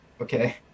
okay